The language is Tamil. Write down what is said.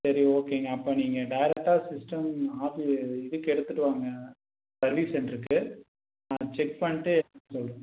சரி ஓகேங்க அப்போ நீங்கள் டேரக்ட்டாக சிஸ்டம் இதுக்கு எடுத்துட்டு வாங்க சர்வீஸ் சென்ட்ருக்கு நான் செக் பண்ணிட்டு